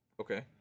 Okay